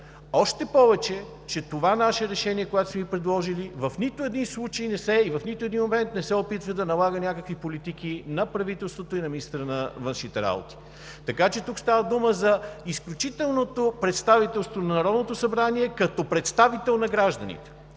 Още повече това наше решение, което сме Ви предложили, в нито един случай и в нито един момент не се опитва да налага някакви политики на правителството и на министъра на външните работи. Така че тук става дума за изключителното представителство на Народното събрание като представител на гражданите.